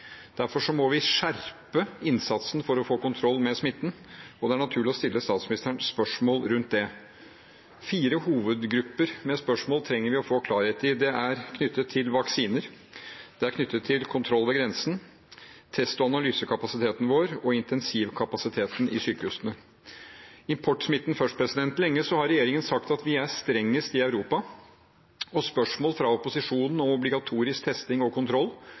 må vi skjerpe innsatsen for å få kontroll med smitten, og det er naturlig å stille statsministeren spørsmål rundt det. Fire hovedgrupper med spørsmål trenger vi å få klarhet i. Det er knyttet til vaksiner, kontroll ved grensen, test- og analysekapasiteten vår og intensivkapasiteten i sykehusene. Importsmitten først: Lenge har regjeringen sagt at vi er strengest i Europa, og spørsmål fra opposisjonen om obligatorisk testing og kontroll